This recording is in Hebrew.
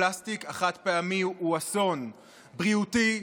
הפלסטיק החד-פעמי הוא אסון בריאותי,